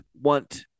want